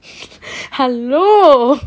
hello